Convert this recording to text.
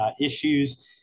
issues